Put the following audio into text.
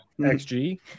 XG